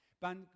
Ben